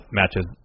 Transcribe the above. matches